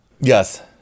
Yes